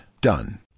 Done